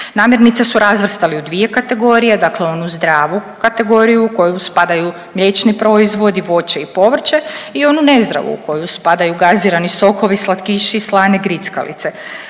Namirnice su razvrstali u dvije kategorije, dakle onu zdravu kategoriju u koju spadaju mliječni proizvodi, voće i povrće i onu nezdravu u koju spadaju gazirani sokovi, slatkiši i slane grickalice.